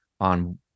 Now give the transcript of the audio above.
on